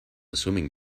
swimming